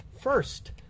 First